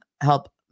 help